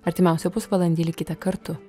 artimiausią pusvalandį likite kartu